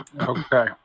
Okay